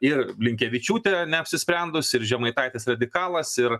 ir blinkevičiūtė neapsisprendus ir žemaitaitis radikalas ir